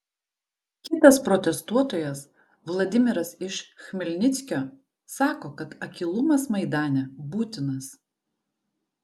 kitas protestuotojas vladimiras iš chmelnickio sako kad akylumas maidane būtinas